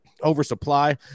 oversupply